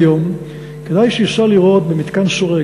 היום, כדאי שייסע לראות במתקן שורק.